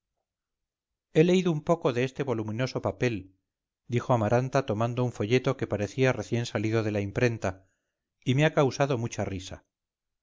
he leído un poco de este voluminoso papel dijo amaranta tomando un folleto que parecía recién salido de la imprenta y me ha causado mucha risa